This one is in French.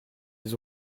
les